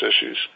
issues